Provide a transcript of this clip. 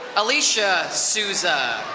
alicia sousa.